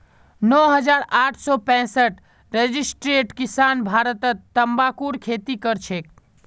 नौ हजार आठ सौ पैंसठ रजिस्टर्ड किसान भारतत तंबाकूर खेती करछेक